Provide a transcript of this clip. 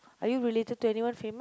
are you related to anyone famous